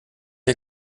ihr